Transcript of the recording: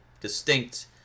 distinct